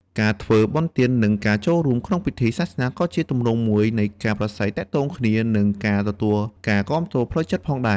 ការធ្វើបុណ្យទាន និងការចូលរួមក្នុងពិធីសាសនា ក៏ជាទម្រង់មួយនៃការប្រាស្រ័យទាក់ទងគ្នា និងការទទួលការគាំទ្រផ្លូវចិត្តផងដែរ។